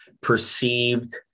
perceived